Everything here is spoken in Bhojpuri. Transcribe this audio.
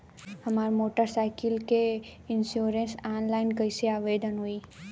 हमार मोटर साइकिल के इन्शुरन्सऑनलाइन कईसे आवेदन होई?